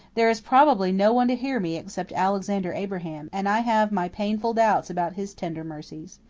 there is probably no one to hear me except alexander abraham, and i have my painful doubts about his tender mercies.